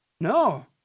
No